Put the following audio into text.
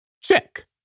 Check